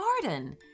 garden